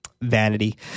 vanity